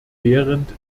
behrendt